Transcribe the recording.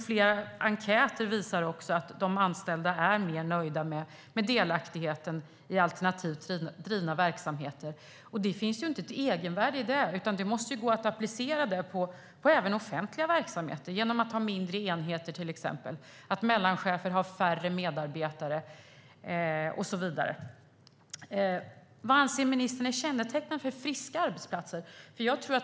Flera enkäter visar att de privat anställda är mer nöjda med delaktigheten i alternativt drivna verksamheter. Det finns inte något egenvärde i det, utan det måste gå att applicera även på offentliga verksamheter genom att ha mindre enheter, att mellanchefer har färre medarbetare och så vidare. Vad anser ministern är kännetecknande för friska arbetsplatser?